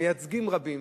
מייצגים רבים,